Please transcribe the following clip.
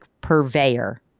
purveyor